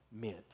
meant